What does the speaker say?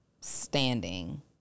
standing